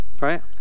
Right